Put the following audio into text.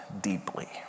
deeply